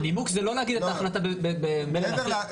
הנימוק זה לא להגיד את ההחלטה במלל אחר.